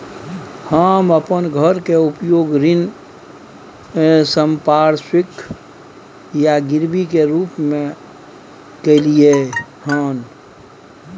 हम अपन घर के उपयोग ऋण संपार्श्विक या गिरवी के रूप में कलियै हन